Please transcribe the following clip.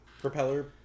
propeller